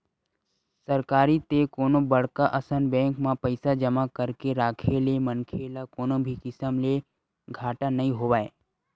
सरकारी ते कोनो बड़का असन बेंक म पइसा जमा करके राखे ले मनखे ल कोनो भी किसम ले घाटा नइ होवय